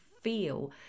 feel